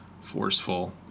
forceful